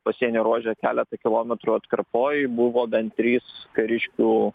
pasienio ruože keleta kilometrų atkarpoj buvo bent trys kariškių